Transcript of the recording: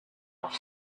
off